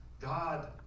God